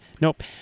Nope